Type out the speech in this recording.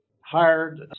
hired